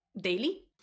daily